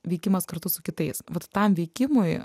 veikimas kartu su kitais vat tam veikimui